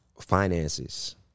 finances